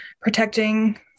protecting